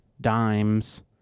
dimes